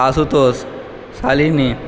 Ashutosh Shalini